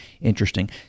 Interesting